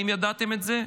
האם ידעתם את זה?